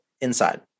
inside